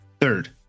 third